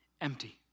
empty